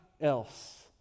else